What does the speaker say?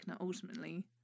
ultimately